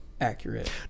accurate